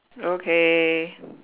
okay